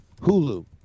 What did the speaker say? Hulu